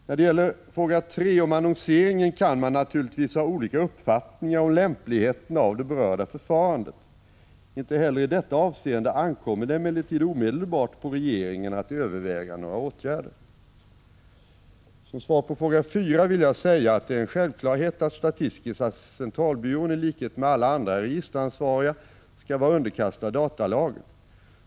När det gäller fråga 3 om annonseringen kan man naturligtvis ha olika uppfattningar om lämpligheten av det berörda förfarandet. Inte heller i detta avseende ankommer det emellertid omedelbart på regeringen att överväga några åtgärder. Som svar på fråga 4 vill jag säga att det är en självklarhet att statistiska centralbyrån i likhet med alla andra registeransvariga skall vara underkastad datalagen.